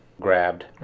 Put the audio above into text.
grabbed